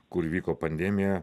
kur vyko pandemija